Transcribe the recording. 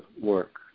work